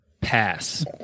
Pass